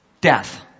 death